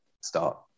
Start